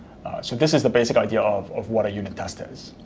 so, this is the basic idea of of what a unit test is.